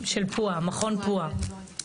מכון פוע"ה.